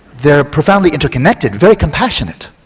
they are profoundly interconnected, very compassionate,